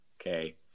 Okay